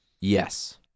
Yes